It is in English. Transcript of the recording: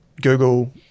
Google